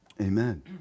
Amen